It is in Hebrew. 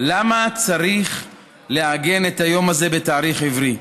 למה צריך לעגן את היום הזה בתאריך עברי,